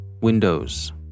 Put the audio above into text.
windows